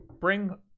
bring